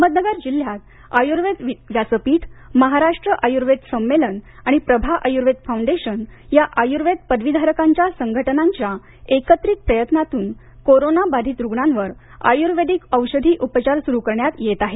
अहमदनगर जिल्हयात आयूर्वेद व्यासपीठ महाराष्ट्र आयूर्वेद संमेलन आणि प्रभा आयूर्वेद फाउंडेशन या आयूर्वेद पदवीधारकांच्या संघटनांच्या एकत्रित प्रयत्नातून कोरोना बाधित रुग्णावर आयुर्वेदिक औषधी उपचार सुरू करण्यात येत आहेत